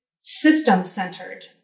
system-centered